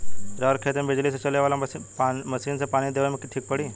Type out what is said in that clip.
रहर के खेती मे बिजली से चले वाला मसीन से पानी देवे मे ठीक पड़ी?